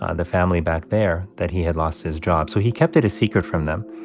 ah the family back there, that he had lost his job. so he kept it a secret from them,